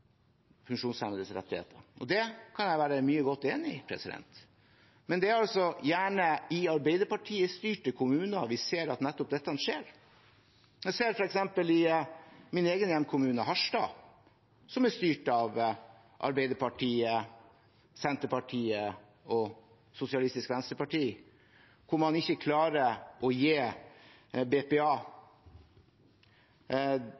funksjonshemmedes rettigheter. Det kan jeg godt være enig i, men det er gjerne i Arbeiderparti-styrte kommuner vi ser at nettopp dette skjer. Jeg ser f.eks. min egen hjemkommune, Harstad, som er styrt av Arbeiderpartiet, Senterpartiet og Sosialistisk Venstreparti, hvor man ikke klarer å gi BPA,